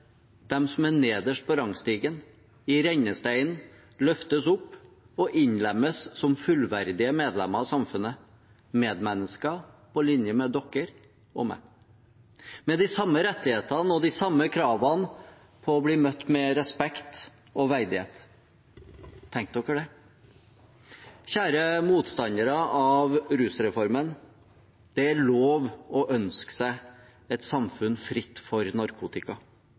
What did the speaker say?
som er nederst på rangstigen, i rennesteinen, løftes opp og innlemmes som fullverdige medlemmer av samfunnet, medmennesker på linje med dere og meg, med de samme rettighetene og de samme kravene om å bli møtt med respekt og verdighet. Tenk dere det. Kjære motstandere av rusreformen, det er lov å ønske seg et samfunn fritt for narkotika,